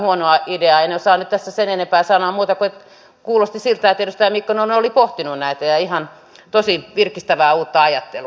en osaa nyt tässä sen enempää sanoa muuta kuin että kuulosti siltä että edustaja mikkonen oli pohtinut näitä ja ihan tosi virkistävää uutta ajattelua